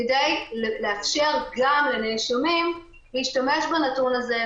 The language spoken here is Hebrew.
כדי לאפשר גם לנאשמים להשתמש בנתון הזה,